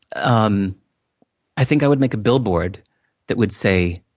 um i think i would make a billboard that would say,